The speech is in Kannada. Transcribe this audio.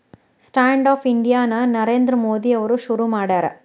ಸ್ಟ್ಯಾಂಡ್ ಅಪ್ ಇಂಡಿಯಾ ನ ನರೇಂದ್ರ ಮೋದಿ ಅವ್ರು ಶುರು ಮಾಡ್ಯಾರ